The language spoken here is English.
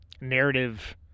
narrative